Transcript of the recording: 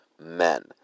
men